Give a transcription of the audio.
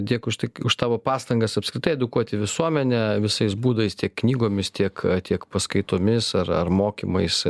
dėkui už tai už tavo pastangas apskritai edukuoti visuomenę visais būdais tiek knygomis tiek tiek paskaitomis ar ar mokymais